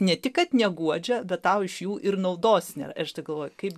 ne tik kad neguodžia bet tau iš jų ir naudos ne iš tegalvojo kaip